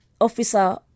Officer